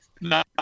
No